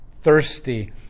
thirsty